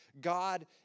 God